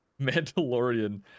Mandalorian